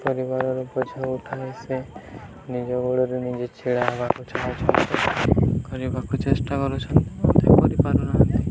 ପରିବାରର ବୋଝ ଉଠାଇ ସେ ନିଜ ଗୋଡ଼ରେ ନିଜେ ଛିଡ଼ା ହେବାକୁ ଚାଲୁଛନ୍ତି କରିବାକୁ ଚେଷ୍ଟା କରୁଛନ୍ତି ମଧ୍ୟ କରିପାରୁନାହାନ୍ତି